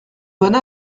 bonne